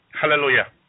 Hallelujah